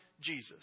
Jesus